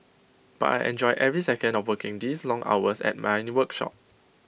but I enjoy every second of working these long hours at my workshop